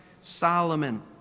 Solomon